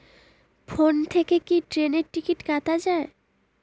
Phone থেকে কি ট্রেনের টিকিট কাটা য়ায়?